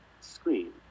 screen